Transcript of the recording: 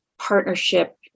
partnership